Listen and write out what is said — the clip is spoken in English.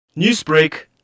Newsbreak